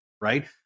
right